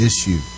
issue